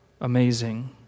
amazing